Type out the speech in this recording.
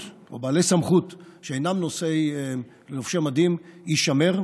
או בעלי סמכות שאינם לובשי מדים יישמר,